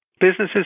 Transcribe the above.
Businesses